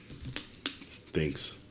Thanks